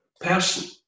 person